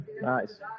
Nice